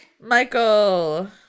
Michael